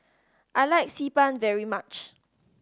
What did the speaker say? I like Xi Ban very much